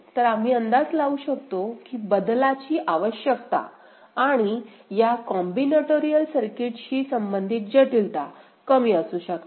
तर आम्ही अंदाज लावू शकतो की बदलाची आवश्यकता आणि या कॉम्बिनेटोरिअल सर्किटशी संबंधित जटिलता कमी असू शकते